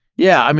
yeah. um